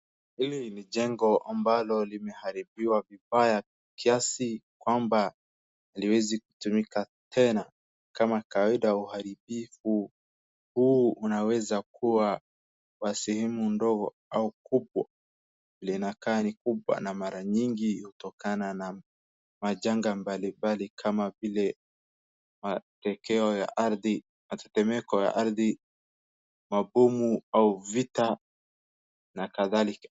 Hili ni jengo ambalo limeharibiwa vibaya kiasi kwamba liwezi kutumika tena. Kama kawaida uharibifu huu unaweza kuwa wa sehemu ndogo au kubwa. Linakaa ni kubwa, na mara nyingi hutokana na majanga kama vile matekeo ya ardhi, matetemeko ya ardhi, mabomu au vita na kadhalika.